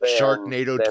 Sharknado